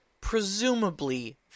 presumably